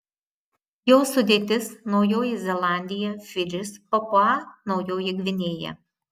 jos sudėtis naujoji zelandija fidžis papua naujoji gvinėja